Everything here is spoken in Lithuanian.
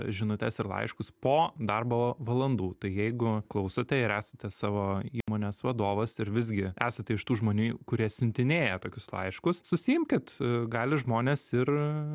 žinutes ir laiškus po darbo valandų tai jeigu klausote ir esate savo įmonės vadovas ir visgi esate iš tų žmonių kurie siuntinėja tokius laiškus susiimkit gali žmonės ir